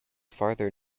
farther